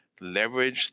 leverage